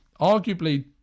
arguably